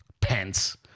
pence